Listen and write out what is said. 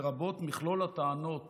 לרבות מכלול הטענות